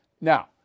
Now